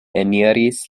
eniris